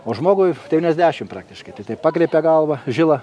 o žmogui devyniasdešimt praktiškai tai taip pakreipė galvą žilą